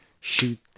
shoot